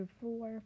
four